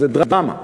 זה דרמה.